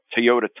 Toyota